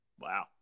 Wow